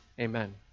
Amen